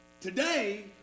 Today